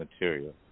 material